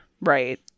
right